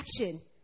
action